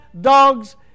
dogs